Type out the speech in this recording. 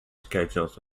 schedules